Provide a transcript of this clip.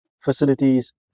facilities